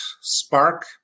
Spark